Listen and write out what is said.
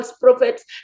prophets